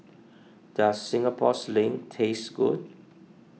does Singapore Sling taste good